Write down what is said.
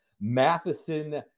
Matheson